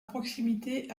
proximité